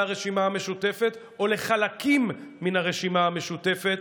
הרשימה המשותפת או לחלקים מן הרשימה המשותפת,